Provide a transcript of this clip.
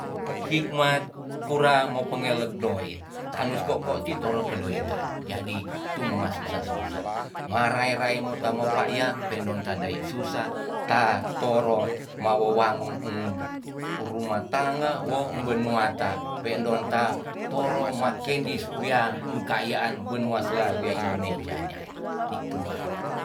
Hikmat kura mo pengelet doit tanus ko'ko ti toro kedoitan jadi tu mo ma susa susa marai rai mota mapa'yang pe ndon tadai susa ta toro mawo wangun um rumah tangga wo wanua ta pe ndon ta toro ma kendis wia emkayaan wanua sla wia indonesia nai itu man